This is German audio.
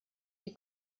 die